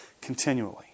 continually